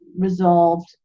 resolved